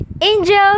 angel